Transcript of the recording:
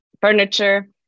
furniture